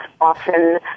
often